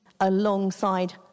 alongside